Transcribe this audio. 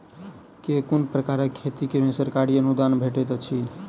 केँ कुन प्रकारक खेती मे सरकारी अनुदान भेटैत अछि?